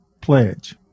Pledge